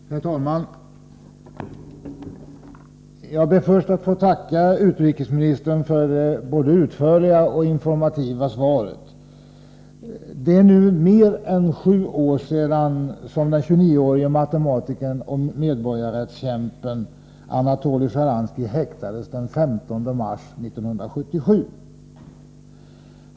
Herr talman! Jag ber först att få tacka utrikesministern för det både utförliga och informativa svaret. Nu är det mer än sju år sedan som den 29-årige matematikern och medborgarrättskämpen Anatolij Sjtjaranskij häktades den 15 mars 1977.